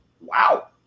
wow